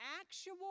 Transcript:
actual